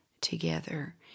together